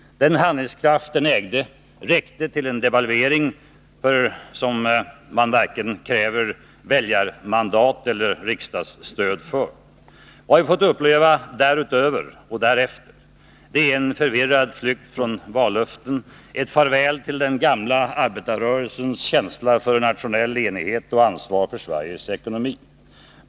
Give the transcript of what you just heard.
Den handlingskraft den ägde räckte till en devalvering för vilken varken behövdes väljarmandat eller riksdagsstöd. Vad vi har fått uppleva därutöver och därefter är en förvirrad flykt från vallöften, ett farväl till den gamla arbetarrörelsens känsla för nationell enighet och ansvar för Sveriges ekonomi.